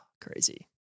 Crazy